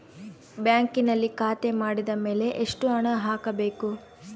ಬ್ಯಾಂಕಿನಲ್ಲಿ ಖಾತೆ ಮಾಡಿದ ಮೇಲೆ ಎಷ್ಟು ಹಣ ಹಾಕಬೇಕು?